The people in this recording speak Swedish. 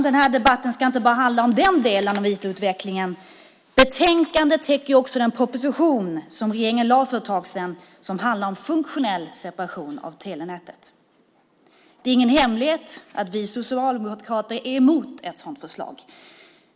Den här debatten ska inte bara handla om den delen av IT-utvecklingen. Betänkandet täcker också den proposition som regeringen lade fram för ett tag sedan och som handlar om funktionell separation av telenätet. Det är ingen hemlighet att vi socialdemokrater är emot ett sådant förslag.